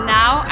now